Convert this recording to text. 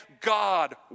God